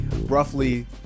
roughly